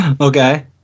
okay